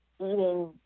eating